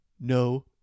no